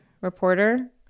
reporter